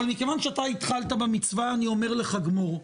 אבל בגלל שאתה התחלת במצווה אני אגיד לך גמור,